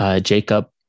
Jacob